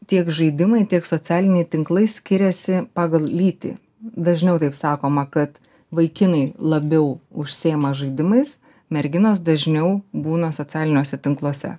tiek žaidimai tiek socialiniai tinklai skiriasi pagal lytį dažniau taip sakoma kad vaikinai labiau užsiima žaidimais merginos dažniau būna socialiniuose tinkluose